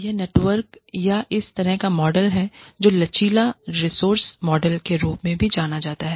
यह नेटवर्क या इस तरह का मॉडल है जो लचीला रिसोर्स मॉडल के रूप में भी जाना जाता है